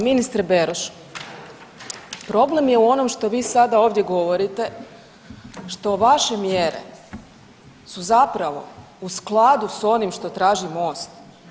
Ministre Beroš, problem je u onom što vi sada ovdje govorite što vaše mjere su zapravo u skladu s onim što traži MOST.